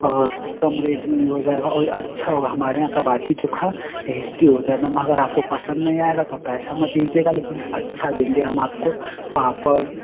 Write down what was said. और कम रेट में ही हो जाएगा और अच्छा होगा हमारे यहाँ का बाटी चोखा टेस्टी होता है मेम अगर आपको पसंद नहीं आएगा तो आप पैसा मत दीजिएगा लेकिन हँ अच्छा देंगे हम आपको पापड़